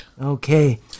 Okay